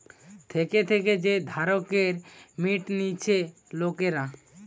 থেকে থেকে যে ধারকে মিটতিছে লোকরা